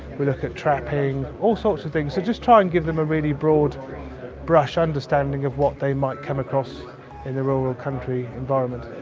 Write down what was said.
we look at trapping, all sorts of things, just try and give them a really broad brush understanding of what they might come across in the rural country environment.